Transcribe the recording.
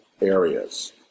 areas